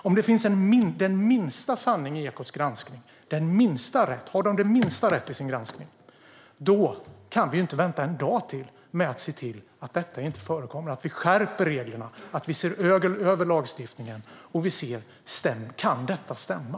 Om det finns den minsta sanning i Ekots granskning, om de har det minsta rätt i sin granskning, kan vi inte vänta en dag till med att se till att detta inte förekommer och med att skärpa reglerna och se över lagstiftningen. Vi måste se om detta kan stämma.